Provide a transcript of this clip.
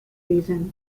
region